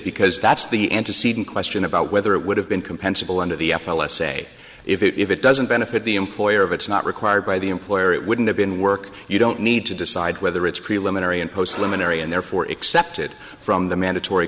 because that's the antecedent question about whether it would have been compensable under the f l s say if it doesn't benefit the employer of it's not required by the employer it wouldn't have been work you don't need to decide whether it's preliminary and post luminary and therefore accept it from the mandatory